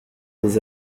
des